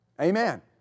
Amen